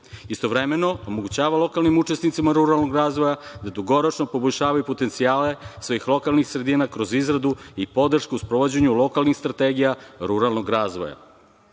Istovremeno, omogućava lokalnim učesnicima ruralnog razvoja, da dugoročno poboljšavaju potencijale svojih lokalnih sredina kroz izradu i podršku u sprovođenju lokalnih strategija ruralnog razvoja. Pruža